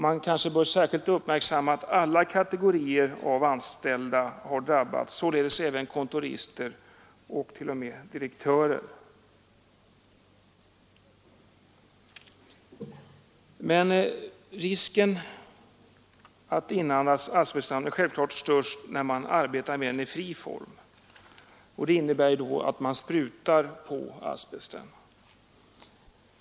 Man kanske bör särskilt uppmärksamma att alla kategorier av anställda har drabbats av sjukdomen, således även kontorister och t.o.m. direktörer. Men risken för att inandas asbestdammet är självfallet störst för den som arbetar med asbest i fri form. Detta innebär att asbest sprutas på olika material.